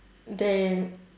then